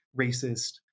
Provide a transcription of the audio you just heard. racist